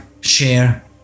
share